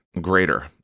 greater